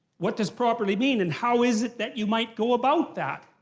what does properly mean and how is it that you might go about that?